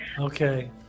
Okay